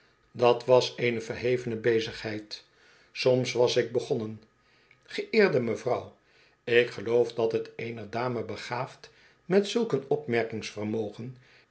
dat was eene verheeen reiziger die geen handel drijft vene bezigheid soms was ik begonnen geeerde mevrouw ik geloof dat het eener dame begaafd met zulk een